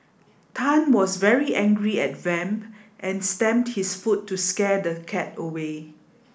Tan was very angry at Vamp and stamped his foot to scare the cat away